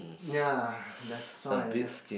ya that's why that's